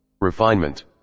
Refinement